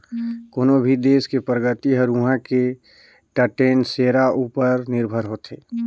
कोनो भी देस के परगति हर उहां के टटेन सेरा उपर निरभर होथे